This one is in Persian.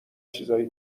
چیزای